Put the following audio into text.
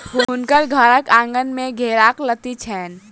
हुनकर घरक आँगन में घेराक लत्ती छैन